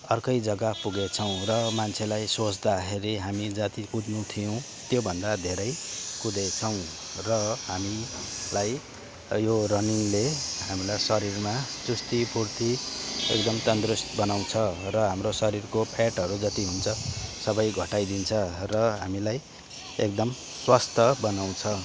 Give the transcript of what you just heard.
अर्कै जग्गा पुगेछौँ र मान्छेलाई सोध्दाखेरि हामी जति कुद्नु थियो त्योभन्दा धेरै कुदेछौँ र हामीलाई यो रनिङले हाम्रो शरीरमा चुस्ती फुर्ति एकदम तन्दुरुस्त बनाउँछ र हाम्रो शरीरको फ्याटहरू जति हुन्छ सबै घटाइदिन्छ र हामीलाई एकदम स्वस्थ बनाउँछ